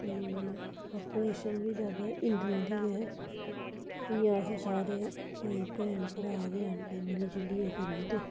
ते पापुलेशन बी ज्यादा हिन्दुएं दी गै ऐ इ'यां अस सारे भाई भैन भ्राऽ गै न मिली जुलियै गै रौंह्दे